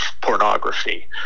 pornography